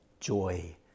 joy